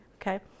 okay